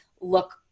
look